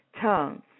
tongue